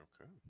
Okay